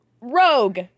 Rogue